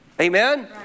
Amen